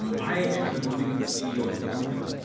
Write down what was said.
um i have been working with the ceo of prove it,